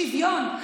שוויון.